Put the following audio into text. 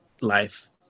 life